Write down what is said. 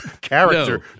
character